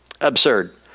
Absurd